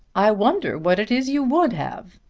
i wonder what it is you would have?